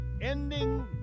ending